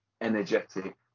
energetic